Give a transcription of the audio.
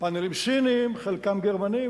פאנלים סיניים וחלקם גרמניים,